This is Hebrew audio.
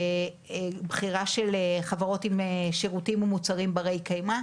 בחירה של חברות עם שירותים ומוצרים ברי קיימא,